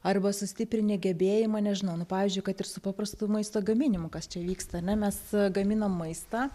arba sustiprini gebėjimą nežinau nu pavyzdžiui kad ir su paprastu maisto gaminimu kas čia vyksta ar ne mes gaminam maistą